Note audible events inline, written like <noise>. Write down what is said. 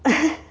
<laughs>